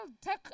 take